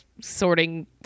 sorting